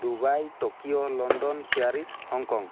Dubai Tokyo London Paris Hong Kong